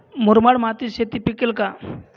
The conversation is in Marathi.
मुरमाड मातीत शेती पिकेल का?